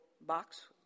box